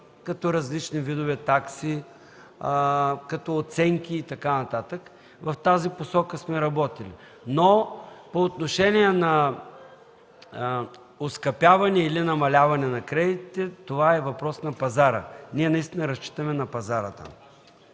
като различни видове такси, като оценки и така нататък – в тази посока сме работили, но по отношение на оскъпяване или намаляване на кредитите, това е въпрос на пазара. Ние там наистина разчитаме на пазара.